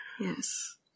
Yes